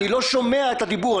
אני לא שומע את הדיבור,